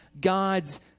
God's